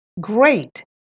great